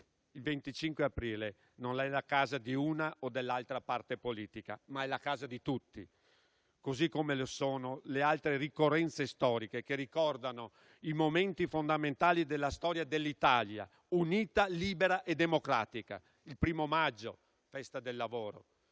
il 25 aprile non è la casa di una o dell'altra parte politica, ma è la casa di tutti, così come lo sono le altre ricorrenze storiche che ricordano i momenti fondamentali della storia dell'Italia, unita, libera e democratica; il 1° maggio, Festa del lavoro;